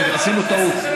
עשינו טעות.